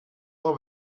ohr